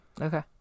Okay